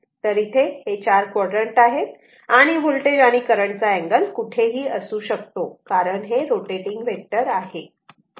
तर इथे चार क्वाड्रण्ट आहे आणि व्होल्टेज आणि करंट चा अँगल कुठेही असू शकतो कारण हे रोटेटिंग वेक्टर आहे